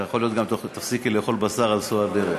יכול להיות שגם תפסיקי לאכול בשר בסוף הדרך.